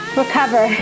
recover